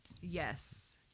Yes